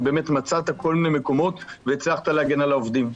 שמצאת כל מיני מקומות והצלחת להגן על העובדים.